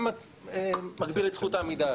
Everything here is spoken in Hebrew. גם מגביל את זכות העמידה,